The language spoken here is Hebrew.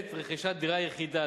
בעת רכישת דירה יחידה,